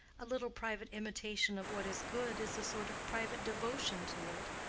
a little private imitation of what is good is a sort of private devotion to it,